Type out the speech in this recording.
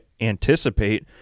anticipate